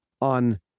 on